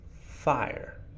fire